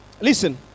listen